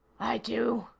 i do?